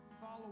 follow